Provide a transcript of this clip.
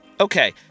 Okay